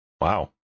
Wow